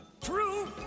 True